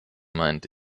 meint